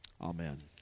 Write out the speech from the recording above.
amen